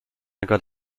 got